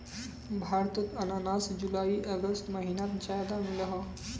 भारतोत अनानास जुलाई अगस्त महिनात ज्यादा मिलोह